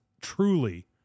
truly